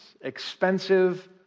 Expensive